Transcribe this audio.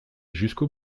jusqu’au